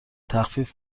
تخفیف